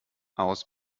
aus